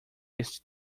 este